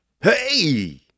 Hey